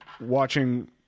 watching